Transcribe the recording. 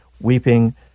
weeping